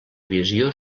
visió